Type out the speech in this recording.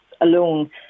alone